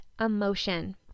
emotion